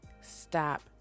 Stop